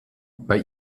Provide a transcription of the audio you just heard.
bei